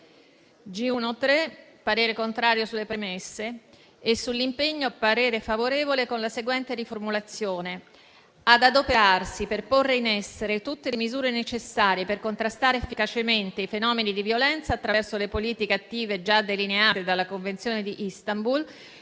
parere contrario sulle premesse e parere favorevole sull'impegno, con la seguente riformulazione: «ad adoperarsi per porre in essere tutte le misure necessarie per contrastare efficacemente i fenomeni di violenza attraverso le politiche attive già delineate dalla Convenzione di Istanbul,